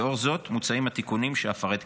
לאור זאת, מוצעים התיקונים שאפרט כעת: